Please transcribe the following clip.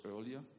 earlier